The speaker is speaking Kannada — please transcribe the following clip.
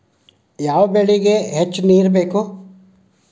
ಯಾವ ಬೆಳಿಗೆ ಹೆಚ್ಚು ನೇರು ಬೇಕು?